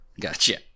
Gotcha